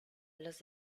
los